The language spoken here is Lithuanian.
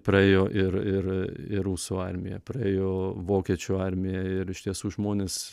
praėjo ir ir ir rusų armija praėjo vokiečių armija ir iš tiesų žmonės